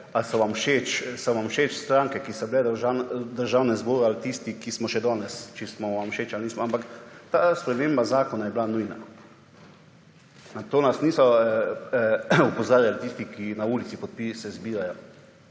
ali so vam všeč stranke, ki so bile v Državnem zboru ali tisti, ki smo še danes ali smo vam všeč ali nismo, ampak ta sprememba zakona je bila nujna. Na to nas niso opozarjali tisti, ki na ulici podpise zbirajo.